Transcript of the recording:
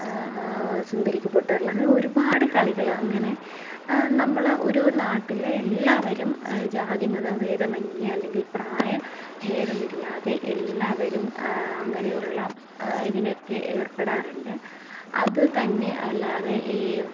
സുന്ദരിക്ക് പൊട്ട് തൊടൽ അങ്ങനെ ഒരുപാട് കളികൾ അങ്ങനെ നമ്മൾ ഒരു നാട്ടിൽ എല്ലാവരും ജാതി മത ഭേദമെന്യേ അല്ലെങ്കിൽ പ്രായ ഭേദമില്ലാതെ എല്ലാവരും അങ്ങനെയുള്ള ഇതിനൊക്കെ ഏർപ്പെടാറുണ്ട് അതു തന്നെ അല്ലാതെ ഈ